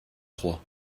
trois